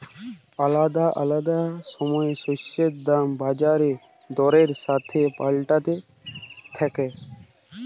আলাদা আলাদা সময় শস্যের দাম বাজার দরের সাথে পাল্টাতে থাক্যে